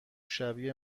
شبیه